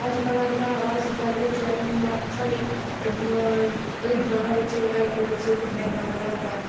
अज्जकल अगर अस गल्ल करचै हून मात्र साढ़ी एह् ग्रां बिच्च अज्जकल बच्चे कुहै गी इन्ना पता होंदा